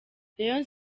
rayons